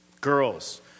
Girls